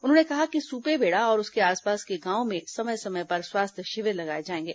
उन्होंने कहा कि सुपेबेड़ा और उसके आसपास के गांव में समय समय पर स्वास्थ्य शिविर लगाए जाएंगे